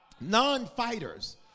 non-fighters